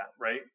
right